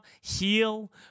heal